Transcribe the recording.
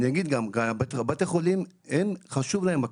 לבתי החולים חשובה הכשרות.